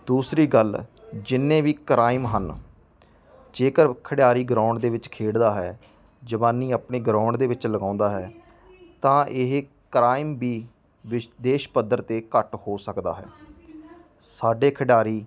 ਦੂਸਰੀ ਗੱਲ ਜਿੰਨੇ ਵੀ ਕ੍ਰਾਈਮ ਹਨ ਜੇਕਰ ਖਿਡਾਰੀ ਗਰਾਊਂਡ ਦੇ ਵਿੱਚ ਖੇਡਦਾ ਹੈ ਜਵਾਨੀ ਆਪਣੀ ਗਰਾਉਂਡ ਦੇ ਵਿੱਚ ਲਗਾਉਂਦਾ ਹੈ ਤਾਂ ਇਹ ਕ੍ਰਾਈਮ ਵੀ ਵਿਸ਼ ਦੇਸ਼ ਪੱਧਰ 'ਤੇ ਘੱਟ ਹੋ ਸਕਦਾ ਹੈ ਸਾਡੇ ਖਿਡਾਰੀ